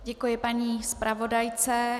Děkuji paní zpravodajce.